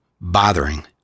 bothering